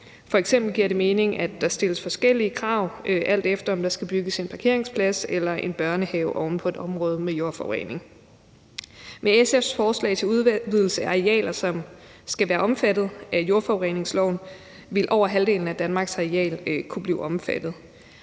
F.eks. giver det mening, at der stilles forskellige krav, alt efter om der skal bygges en parkeringsplads eller en børnehave oven på et område med jordforurening. Med SF's forslag til udvidelse af arealer, som skal være omfattet af jordforureningsloven, vil over halvdelen af Danmarks areal kunne blive omfattet.